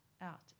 out